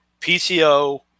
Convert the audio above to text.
PCO